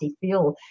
feel